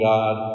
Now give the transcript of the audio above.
God